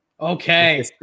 Okay